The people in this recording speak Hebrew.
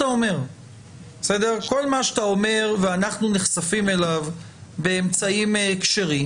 אומר ואנחנו נחשפים אליו באמצעים כשרים,